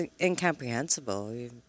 incomprehensible